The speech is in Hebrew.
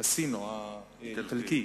פסינו האיטלקי,